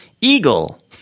eagle